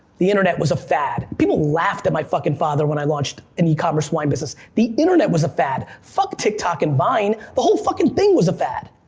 the internet was a fad. people laughed at my fuckin' father when i launched an e-commerce wine business. the internet was a fad. fuck tiktok and vine, the whole fuckin' thing was a fad.